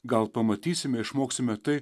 gal pamatysime išmoksime tai